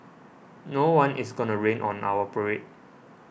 no one is gonna rain on our parade